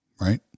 right